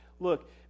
Look